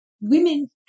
women